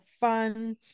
fun